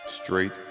Straight